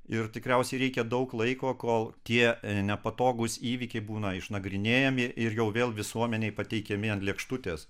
ir tikriausiai reikia daug laiko kol tie nepatogūs įvykiai būna išnagrinėjami ir jau vėl visuomenei pateikiami ant lėkštutės